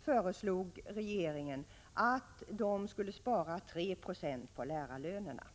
föreslog regeringen att man skulle spara 3 20 på lärarlönerna.